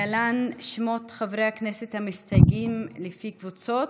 להלן שמות חברי הכנסת המסתייגים לפי קבוצות.